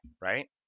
right